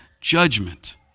judgment